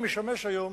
אני משמש היום